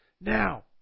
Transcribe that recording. Now